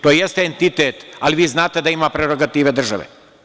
To jeste entitet, ali vi znate da ima prerogative države.